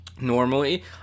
normally